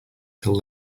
till